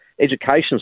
education